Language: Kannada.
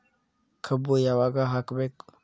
ಕಬ್ಬು ಯಾವಾಗ ಹಾಕಬೇಕು?